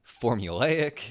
formulaic